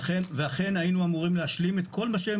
ואכן היינו אמורים להשלים את כל מה שהם